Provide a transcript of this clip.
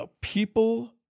People